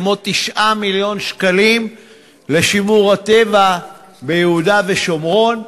כמו 9 מיליון שקלים לשימור הטבע ביהודה ושומרון,